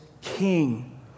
king